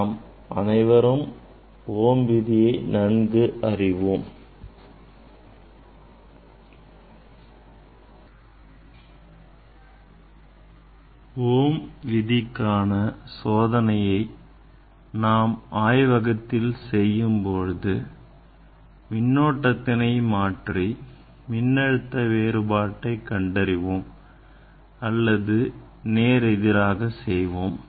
நாம் அனைவரும் ஓம் விதியை நன்கு அறிவோம் ஓம் விதி காண சோதனையை நாம் ஆய்வகத்தில் செய்யும்போது மின்னோட்டத்தினை மாற்றி மின்னழுத்த வேறுபாட்டை கண்டறிவோம் அல்லது நேரெதிராக செய்வோம்